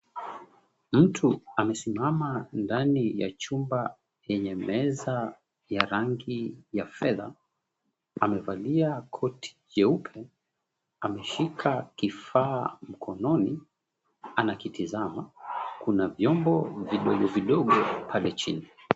Mtu amesimama ndani ya chumba yenye meza ya rangi ya fedha. Amevalia koti jeupe, ameshika kifaa mikononi anakitazama. Kuna viombo vidogo vidogo pale chini.